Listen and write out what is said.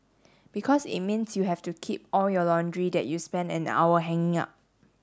because it means you have to keep all your laundry that you spent an hour hanging up